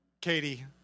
Katie